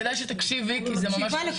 כדאי שתקשיבי כי זה ממש חשוב.